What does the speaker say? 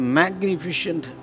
magnificent